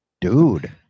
Dude